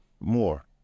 more